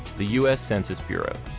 the u s. census bureau,